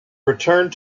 returned